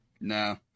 No